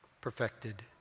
perfected